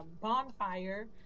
bonfire